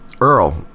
Earl